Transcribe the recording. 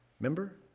remember